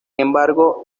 embargo